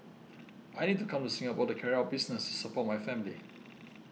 I need to come to Singapore to carry out business to support my family